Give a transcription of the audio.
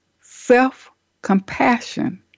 self-compassion